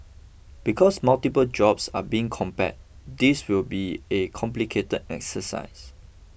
because multiple jobs are being compare this will be a complicated exercise